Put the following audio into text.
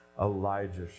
Elijah